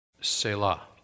Selah